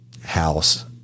house